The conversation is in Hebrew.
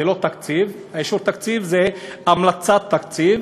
זה לא תקציב, אישור תקציב, זו המלצת תקציב.